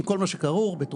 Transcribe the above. עם כל מה שכרוך בתרופות